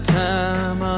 time